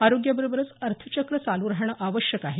आरोग्याबरोबरच आर्थचक्र चालू राहणे आवश्यक आहे